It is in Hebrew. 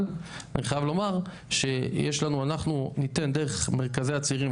אבל אני חייב לומר שאנחנו ניתן דרך מרכזי הצעירים,